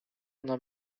ona